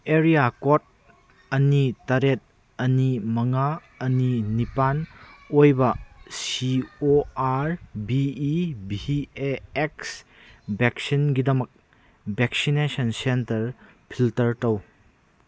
area code ꯑꯅꯤ target ꯑꯅꯤ ꯃꯉꯥ ꯑꯅꯤ ꯅꯤꯄꯥꯟ ꯑꯣꯏꯕ C O R B E V A X ꯚꯦꯛꯁꯤꯟꯒꯤꯗꯃꯛ ꯚꯦꯟꯁꯤꯅꯦꯁꯟ ꯁꯦꯟꯇꯔ ꯐꯤꯜꯇꯔ ꯇꯧ